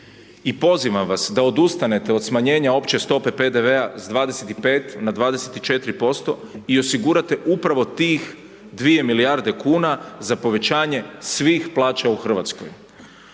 i pozivam vas da odustanete od smanjenja opće stope PDV-a s 25 na 24% i osigurate upravo tih 2 milijarde kuna za povećanje svih plaća u Hrvatskoj.